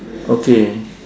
okay